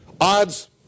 odds